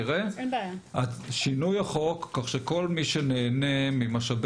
ניזום את שינוי החוק כך שכל מי שנהנה משאי